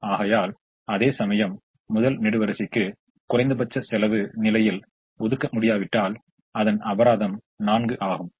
ஆகையால் அதேசமயம் முதல் நெடுவரிசைக்கு குறைந்தபட்ச செலவு நிலையில் ஒதுக்க முடியாவிட்டால் எனது அபராதம் 4 ஆகும்